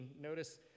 Notice